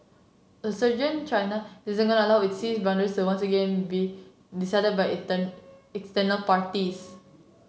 a surgeon China isn't going to allow its sea boundaries to once again be decided by external parties